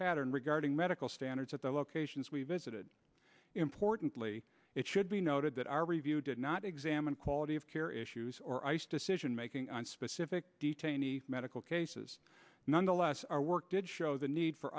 pattern regarding medical standards at the locations we visited importantly it should be noted that our review did not examine quality of care issues or ice decision making on specific detainee medical cases nonetheless our work did show the need for